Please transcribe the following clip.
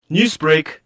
Newsbreak